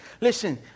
Listen